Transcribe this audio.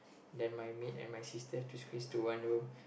then my maid and my sister have to squeeze to one room